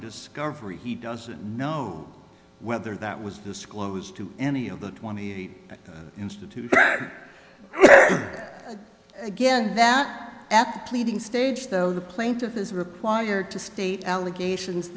discovery he doesn't know whether that was disclosed to any of the twenty eight institute again that apt leading stage though the plaintiff is required to state allegations